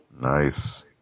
Nice